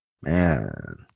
Man